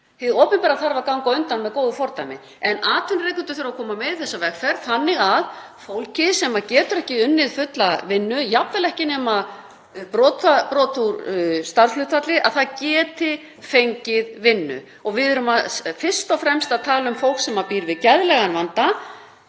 Hið opinbera þarf að ganga á undan með góðu fordæmi en atvinnurekendur þurfa að koma með í þessa vegferð þannig að fólkið sem getur ekki unnið fulla vinnu, jafnvel ekki nema brotabrot úr starfshlutfalli, geti fengið vinnu. Við erum fyrst og fremst að tala um fólk sem býr við geðrænan vanda